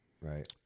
Right